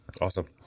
Awesome